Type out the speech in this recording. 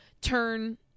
turn